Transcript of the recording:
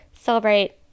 celebrate